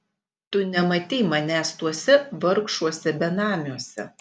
tu nematei manęs tuose vargšuose benamiuose